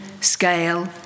scale